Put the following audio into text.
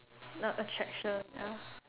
not attraction ah